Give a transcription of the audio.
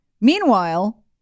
Meanwhile